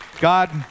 God